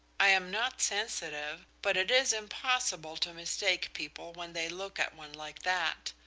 i am not sensitive, but it is impossible to mistake people when they look at one like that.